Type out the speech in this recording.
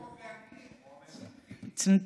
או באנגלית "כתצנת".